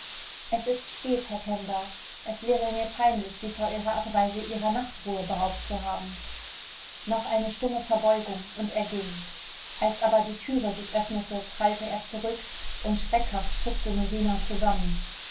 es ist spät herr tenda es wäre mir peinlich sie vor ihrer abreise ihrer nachtruhe beraubt zu haben noch eine stumme verbeugung und er ging als aber die türe sich öffnete prallte er zurück und schreckhaft zuckte norina zusammen